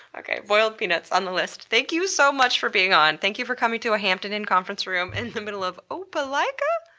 okay, boiled peanuts, on the list. thank you so much for being on. thank you for coming to a hampton inn conference room in the middle of, opelika?